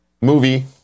movie